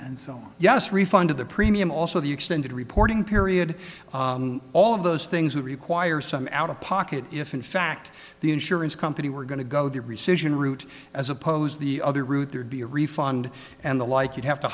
on yes refund of the premium also the extended reporting period all of those things would require some out of pocket if in fact the insurance company were going to go there rescission route as opposed to the other route there'd be a refund and the like you'd have to